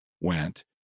went